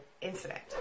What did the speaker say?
incident